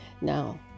now